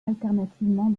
alternativement